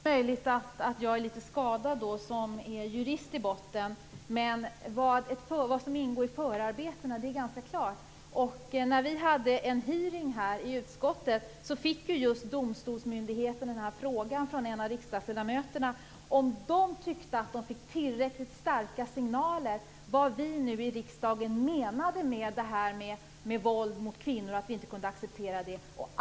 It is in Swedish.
Fru talman! Det är möjligt att jag är litet skadad eftersom jag är jurist i botten, men vad som ingår i förarbetena är ganska klart. När vi hade en hearing i utskottet frågade en riksdagsledamot representanterna från domstolsmyndigheten om de tyckte att de fick tillräckligt starka signaler om vad vi i riksdagen menar med det här med våld mot kvinnor och att vi inte kan acceptera det.